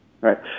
right